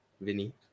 Vinny